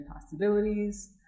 possibilities